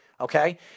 Okay